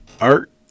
Art